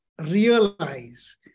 realize